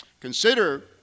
Consider